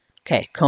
Okay